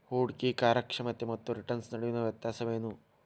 ಹೂಡ್ಕಿ ಕಾರ್ಯಕ್ಷಮತೆ ಮತ್ತ ರಿಟರ್ನ್ ನಡುವಿನ್ ವ್ಯತ್ಯಾಸ ಏನು?